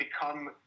become